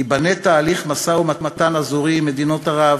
ייבנה תהליך משא-ומתן אזורי עם מדינות ערב,